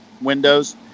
windows